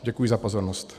Děkuji za pozornost.